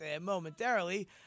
momentarily